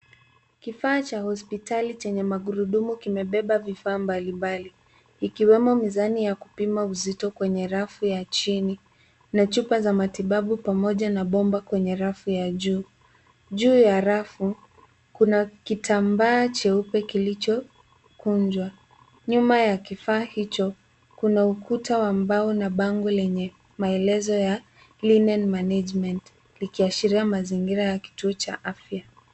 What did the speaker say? Kifaa cha hospitali chenye magurudumu kimebeba vifaa mbalimbali, ikiwemo mizani ya kupima uzito kwenye rafu ya chini na chupa za matibabu pamoja na bomba kwenye rafu ya juu. Juu ya rafu, kuna kitambaa cheupe kilichokunjwa. Nyuma ya kifaa hicho, kuna ukuta wa mbao na bango lenye maelezo ya linen management likiashiria mazingira ya kituo cha afya.